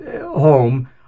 home